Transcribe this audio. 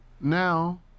now